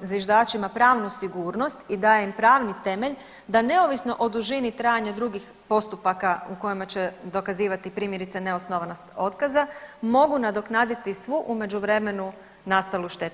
zviždačima pravnu sigurnost i daje im pravni temelj da neovisno o dužni trajanja drugih postupaka u kojima će dokazivati primjerice neosnovanost otkaza mogu nadoknaditi svu u međuvremenu nastalu štetu.